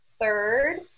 third